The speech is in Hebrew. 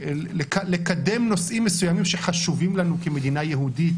לקדם נושאים מסוימים שחשובים לנו כמדינה יהודית.